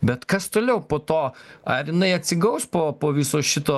bet kas toliau po to ar jinai atsigaus po po viso šito